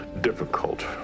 difficult